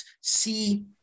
see